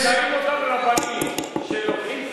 האם אותם רבנים שלוקחים כסף,